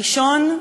הראשון,